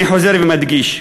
אני חוזר ומדגיש,